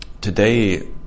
today